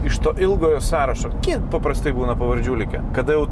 iš to ilgojo sąrašo kiek paprastai būna pavardžių likę kada jau